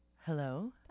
Hello